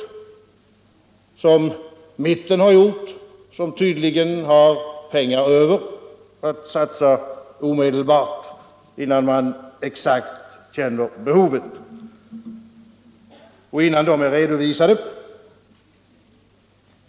Det har mitten gjort, som tydligen har pengar över att satsa genast, innan behoven är exakt kända och innan de är redovisade.